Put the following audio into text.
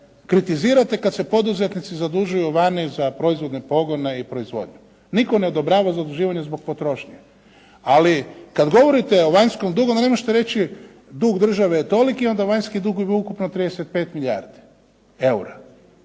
kritizirate kad se poduzetnici zadužuju vani za proizvodne pogone i proizvodnju. Nitko ne odobrava zaduživanje zbog potrošnje, ali kad govorite o vanjskom dugu, onda ne možete reći dug države je toliki, a onda vanjski dugovi ukupno 35 milijardi eura.